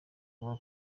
kuba